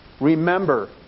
Remember